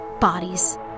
Bodies